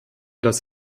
das